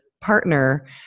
partner